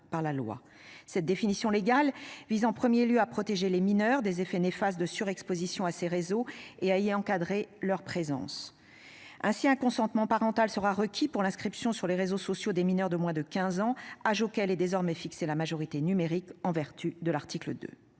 par la loi. Cette définition légale vise en premier lieu à protéger les mineurs des effets néfastes de surexposition à ces réseaux et à et encadrer leur présence. Ainsi un consentement parental sera requis pour l'inscription sur les réseaux sociaux des mineurs de moins de 15 ans, âge auquel est désormais fixé la majorité numérique en vertu de l'article 2.